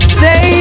say